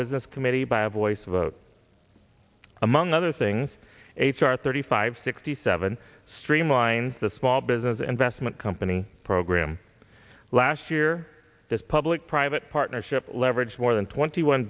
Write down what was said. business committee by a voice vote among other things h r thirty five sixty seven streamlined the small business investment company program last year this public private partnership leverage more than twenty one